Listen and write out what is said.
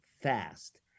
fast